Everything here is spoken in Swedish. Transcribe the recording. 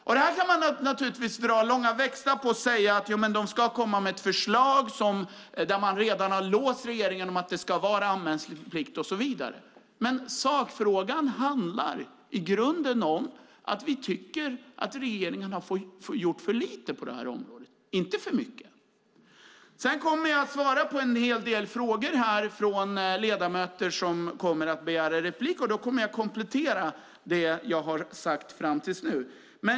Det här kan man naturligtvis dra långa växlar på och säga att regeringen ska komma med ett förslag där regeringen redan är låst till att det ska vara anmälningsplikt och så vidare. Men sakfrågan handlar i grunden om att vi tycker att regeringen har gjort för lite på det här området, inte för mycket. Jag kommer att svara på frågor om ledamöter begär replik, och då kommer jag att komplettera det jag har sagt fram till nu.